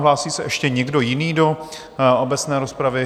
Hlásí se ještě někdo jiný do obecné rozpravy?